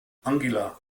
angela